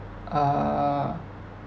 err